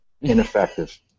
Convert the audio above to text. Ineffective